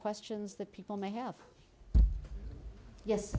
questions that people may have yes